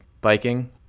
biking